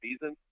season